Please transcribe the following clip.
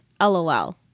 lol